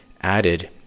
added